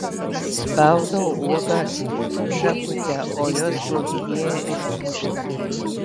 spaudau uogas šakute o jos sproginėja ir tyžta